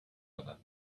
other